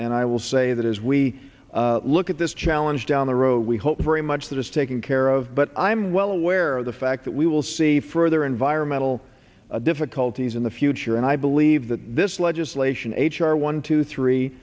and i will say that as we look at this challenge down the road we hope very much that it's taken care of but i'm well aware of the fact that we will see further environmental difficulties in the future and i believe that this legislation h r one two three